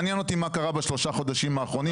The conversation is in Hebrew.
מעניין אותי מה קרה בשלושה חודשים האחרונים.